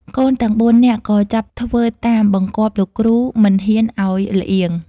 កូនទាំង ៤ នាក់ក៏ចាប់ធ្វើតាមបង្គាប់លោកគ្រូមិនហ៊ានឱ្យល្អៀង ។